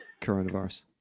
coronavirus